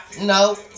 No